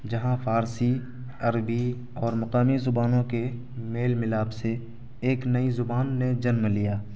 جہاں فارسی عربی اور مقامی زبانوں کے میل ملاپ سے ایک نئی زبان نے جنم لیا